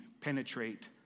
penetrate